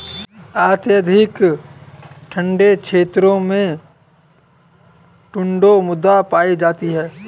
अत्यधिक ठंडे क्षेत्रों में टुण्ड्रा मृदा पाई जाती है